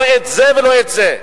לא את זה ולא את זה.